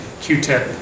Q-tip